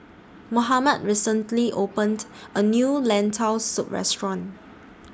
Mohammad recently opened A New Lentil Soup Restaurant